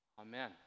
Amen